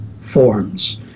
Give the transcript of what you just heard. forms